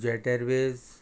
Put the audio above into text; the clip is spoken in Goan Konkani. झॅट एर्वेज